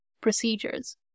procedures